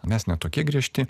mes ne tokie griežti